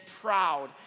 proud